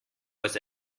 was